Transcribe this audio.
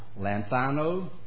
lanthano